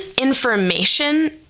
information